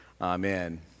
amen